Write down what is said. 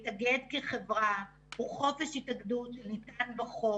השני של המקל הלא פשוט שהיה יחד עם המבצע ולפניו.